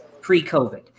pre-COVID